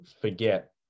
forget